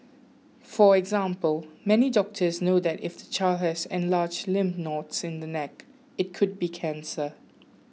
for example many doctors know that if the child has enlarged lymph nodes in the neck it could be cancer